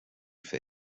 for